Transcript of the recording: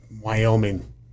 Wyoming